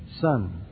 son